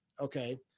Okay